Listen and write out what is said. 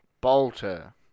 Bolter